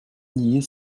nier